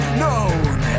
known